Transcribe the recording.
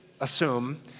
assume